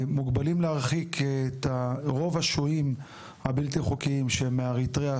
מוגבלים להרחיק את רוב השוהים הבלתי חוקיים שהם מאריתריאה,